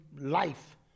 life